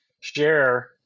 share